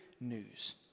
news